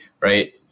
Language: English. right